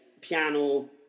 piano